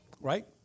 Right